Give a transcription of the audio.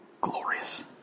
glorious